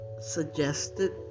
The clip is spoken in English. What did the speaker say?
suggested